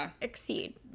exceed